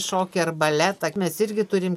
šokį ar baletą mes irgi turim